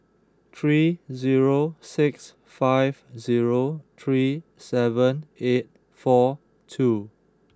three zero six five zero three seven eight four two